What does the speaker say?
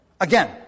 Again